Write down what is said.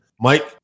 Mike